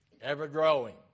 ever-growing